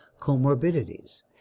comorbidities